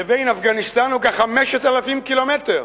לבין אפגניסטן הוא כ-5,000 ק"מ.